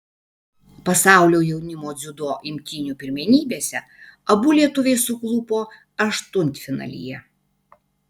pasaulio jaunimo dziudo imtynių pirmenybėse abu lietuviai suklupo aštuntfinalyje